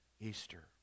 easter